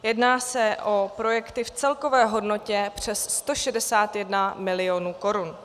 Jedná se o projekty v celkové hodnotě přes 161 milionů korun.